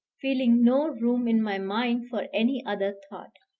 feeling no room in my mind for any other thought.